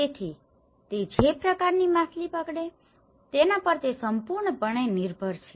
તેથી તે જે પ્રકારની માછલી પકડે છે તેના પર તે સંપૂર્ણપણે નિર્ભર છે